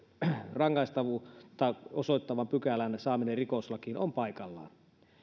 rangaistavuutta osoittavan pykälän saaminen rikoslakiin on paikallaan